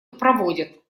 проводят